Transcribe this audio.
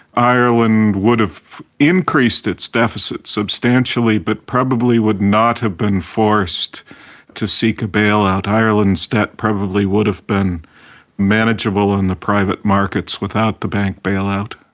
ireland would have increased its deficit substantially but probably would not have been forced to seek a bailout. ireland's debt probably would have been manageable on the private markets without the bank bailout.